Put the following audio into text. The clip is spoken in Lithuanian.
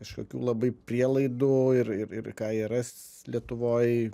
kažkokių labai prielaidų ir ir ir ką jie ras lietuvoj